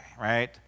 right